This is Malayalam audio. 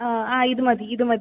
ആ ഇത് മതി ഇത് മതി